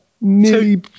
nearly